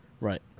Right